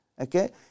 Okay